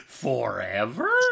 Forever